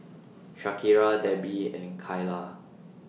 Shakira Debbi and Kyla